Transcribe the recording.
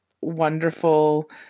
wonderful